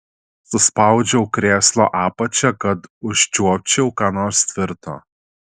suspaudžiau krėslo apačią kad užčiuopčiau ką nors tvirto